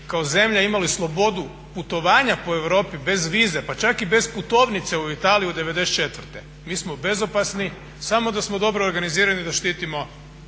kao zemlja imali slobodu putovanja po Europi bez vize pa čak i bez putovnice u Italiju '94., mi smo bezopasni samo da smo dobro organizirani. I